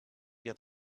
get